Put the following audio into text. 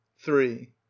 three